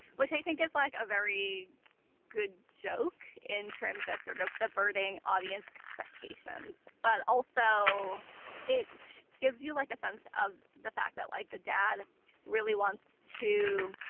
what they think it's like a very good joke in terms of their doped up hurting audience expectations but also it gives you like a sense of the fact that like the dad really wants to.